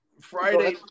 Friday